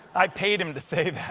i paid him to say